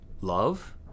love